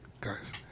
guys